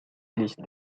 these